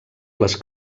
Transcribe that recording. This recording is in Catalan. les